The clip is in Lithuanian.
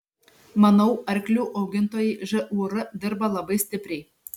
manau arklių augintojai žūr dirba labai stipriai